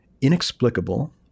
inexplicable